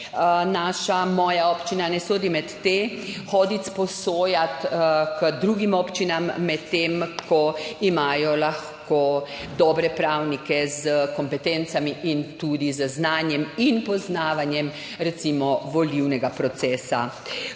naša, moja občina ne sodi med te, hoditi posojat k drugim občinam, medtem ko lahko imajo dobre pravnike s kompetencami in tudi z znanjem in poznavanjem recimo volilnega procesa.